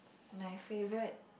my favourite